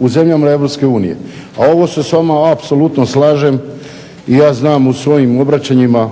u zemljama Europske unije. A ovo se s vama apsolutno slažem i ja znam u svojim obraćanjima